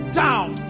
down